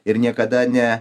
ir niekada ne